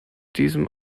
diesem